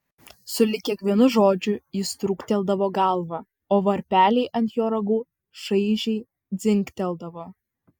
sulig kiekvienu žodžiu jis trūkteldavo galvą o varpeliai ant jo ragų šaižiai dzingteldavo